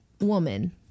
woman